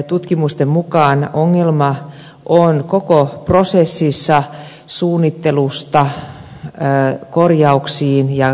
tutkimusten mukaan ongelma on koko prosessissa suunnittelusta korjauksiin ja käyttöön